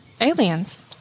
Aliens